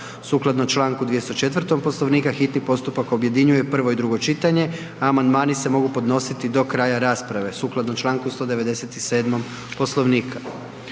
Sukladno Članku 204. Poslovnika hitni postupak objedinjuje prvo i drugo čitanje, a amandmani se mogu podnositi do kraja rasprave sukladno Članku 197. Poslovnika.